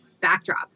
backdrop